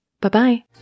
bye-bye